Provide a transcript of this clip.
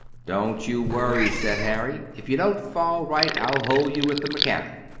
don't you worry, said harry if you don't fall right, i'll hold you with the mechanic.